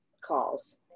calls